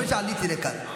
לפני שעליתי לכאן.